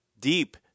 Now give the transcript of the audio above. deep